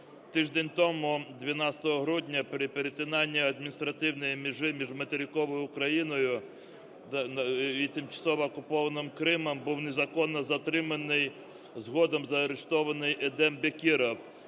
Тиждень тому, 12 грудня, при перетинанні адміністративною межі між материковою Україною і тимчасово окупованим Кримом був незаконно затриманий, згодом заарештований, Едем Бекіров,